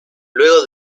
luego